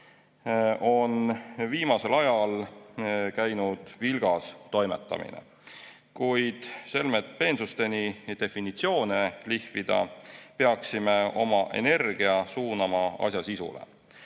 on viimasel ajal käinud vilgas toimetamine, kuid selmet peensusteni definitsioone lihvida, peaksime oma energia suunama asja sisule.